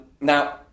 Now